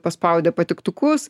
paspaudė patiktukus